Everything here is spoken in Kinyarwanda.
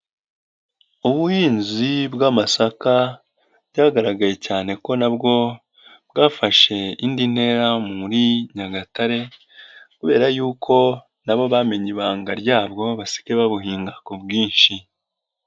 Ubuhinzi bw'amasaka byagaragaye cyane ko nabwo bwafashe indi ntera muri Nyagatare kubera yuko na bo bamenye ibanga ryabwo, basigaye babuhinga ku bwinshi.